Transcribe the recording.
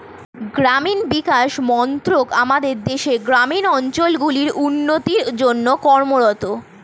গ্রামীণ বিকাশ মন্ত্রক আমাদের দেশের গ্রামীণ অঞ্চলগুলির উন্নতির জন্যে কর্মরত